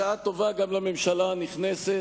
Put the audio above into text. בשעה טובה גם לממשלה הנכנסת,